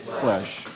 flesh